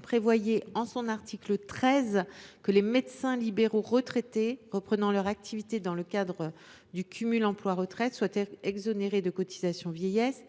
disposait, en son article 13, que les médecins libéraux retraités reprenant leur activité dans le cadre du cumul emploi retraite seraient exonérés de cotisations vieillesse